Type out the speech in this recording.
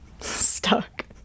stuck